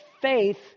faith